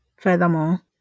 Furthermore